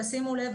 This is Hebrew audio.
תשימו לב,